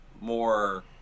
more